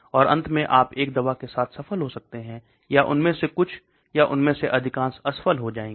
और अंत में आप एक दवा के साथ सफल हो सकते हैं या उनमें से कुछ या उनमें से अधिकांश असफल हो जाएंगे